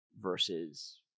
versus